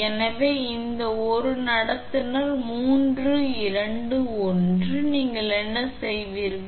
எனவே இந்த 1 நடத்துனர் 1 2 3 நீங்கள் என்ன செய்வீர்கள்